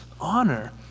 honor